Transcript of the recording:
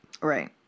Right